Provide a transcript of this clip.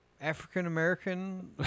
African-American